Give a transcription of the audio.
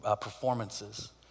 performances